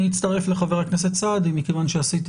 אני אצטרף לחבר הכנסת סעדי מכיוון שעשיתי